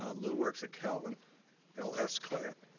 ah lew works at calvin l s. klatt